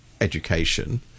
education